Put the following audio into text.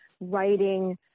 writing